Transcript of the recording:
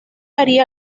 haría